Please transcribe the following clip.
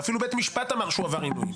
ואפילו בית משפט אמר שהוא עבר עינויים.